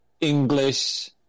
English